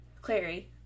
Clary